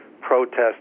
protest